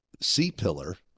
c-pillar